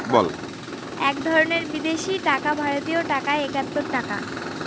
এক ধরনের বিদেশি টাকা ভারতীয় টাকায় একাত্তর টাকা